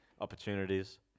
opportunities